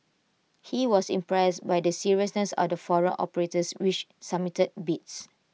he was impressed by the seriousness of the foreign operators which submitted bids